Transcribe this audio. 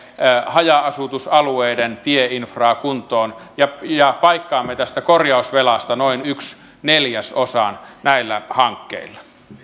haja asutusalueiden tieinfraa kuntoon ja ja paikkaamme tästä korjausvelasta noin yhden neljäsosan näillä hankkeilla